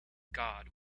god